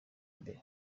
imbere